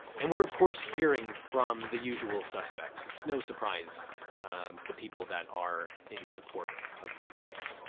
and we're of course, hearing from the usual suspects. it's no surprise the people that are in support of these things.